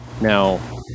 now